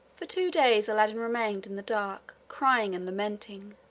for two days aladdin remained in the dark, crying and lamenting.